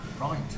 Right